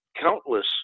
countless